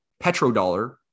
petrodollar